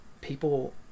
people